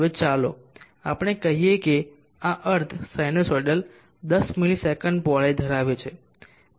હવે ચાલો આપણે કહીએ કે આ અર્ધ સાનુસાઇડ્સ 10 ms પહોળાઈ ધરાવે છે